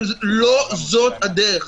אבל לא זאת הדרך.